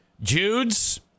Jude's